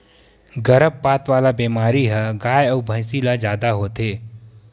गरभपात वाला बेमारी ह गाय अउ भइसी ल जादा होथे